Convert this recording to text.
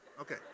Okay